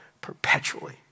perpetually